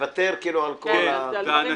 מוותר כאילו על כל השאר.